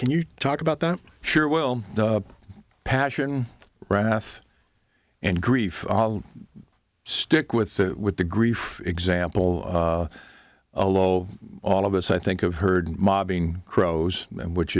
can you talk about that sure well the passion raff and grief stick with the with the grief example a low all of us i think of heard mobbing crows and which